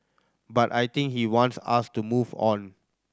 but I think he wants us to move on